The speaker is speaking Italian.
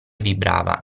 vibrava